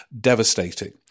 devastating